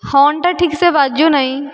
ହର୍ନ୍ଟା ଠିକ୍ସେ ବାଜୁନାହିଁ